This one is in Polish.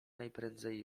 najprędzej